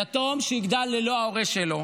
יתום שיגדל ללא ההורה שלו,